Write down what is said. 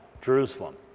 Jerusalem